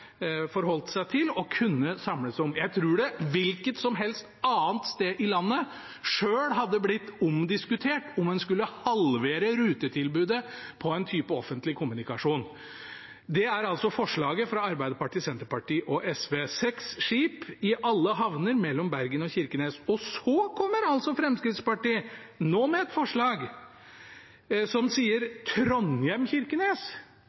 forholdt seg til og kunnet samle seg om. Jeg tror det hvilket som helst annet sted i landet hadde blitt omdiskutert om en skulle halvere rutetilbudet på en type offentlig kommunikasjon. Det er altså forslaget fra Arbeiderpartiet, Senterpartiet og SV: seks skip i alle havner mellom Bergen og Kirkenes. Så kommer altså Fremskrittspartiet nå med et forslag som